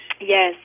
Yes